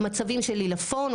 מצבים של עלפון,